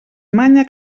manya